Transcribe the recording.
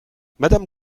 madame